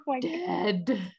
dead